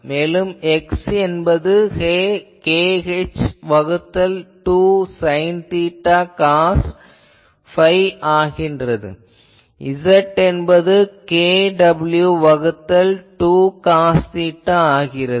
மேலும் X என்பது kh வகுத்தல் 2 சைன் தீட்டா காஸ் phi ஆகிறது Z என்பது kw வகுத்தல் 2 காஸ் தீட்டா ஆகிறது